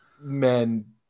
men